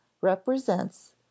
represents